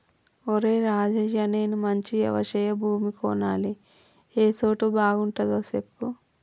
ఒరేయ్ రాజయ్య నేను మంచి యవశయ భూమిని కొనాలి ఏ సోటు బాగుంటదో సెప్పు